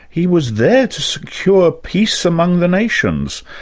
he was there to secure peace among the nations.